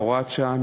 הוראת השעה,